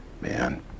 man